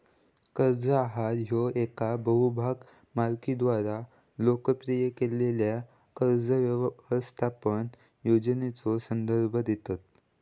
कर्ज आहार ह्या येका बहुभाग मालिकेद्वारा लोकप्रिय केलेल्यो कर्ज व्यवस्थापन योजनेचो संदर्भ देतत